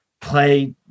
play